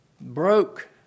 broke